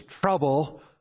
trouble